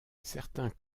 certains